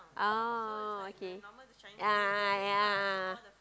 oh okay a'ah yeah